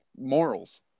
morals